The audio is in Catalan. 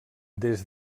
des